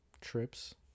Trips